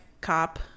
cop